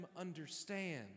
understand